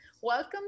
Welcome